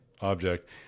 object